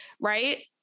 right